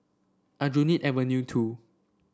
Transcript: Aljunied Avenue Two